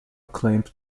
claimed